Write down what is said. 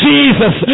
Jesus